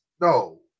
No